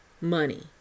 money